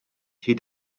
hyd